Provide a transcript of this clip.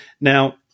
Now